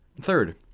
Third